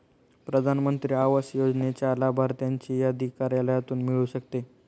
प्रधान मंत्री आवास योजनेच्या लाभार्थ्यांची यादी कार्यालयातून मिळू शकते